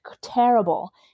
terrible